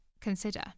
consider